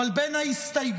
אבל בין ההסתייגויות